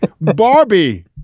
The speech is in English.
Barbie